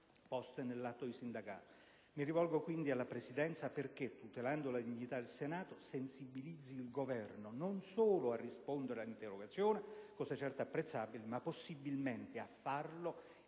poste nell'atto di sindacato. Mi rivolgo quindi alla Presidenza perché, tutelando la dignità del Senato, sensibilizzi il Governo non solo a rispondere alle interrogazioni, cosa certo apprezzabile, ma possibilmente a farlo